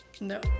no